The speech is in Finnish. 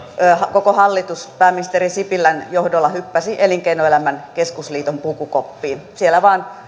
koko hallitus pääministeri sipilän johdolla hyppäsi elinkeinoelämän keskusliiton pukukoppiin siellä vain